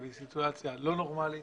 מ-2013,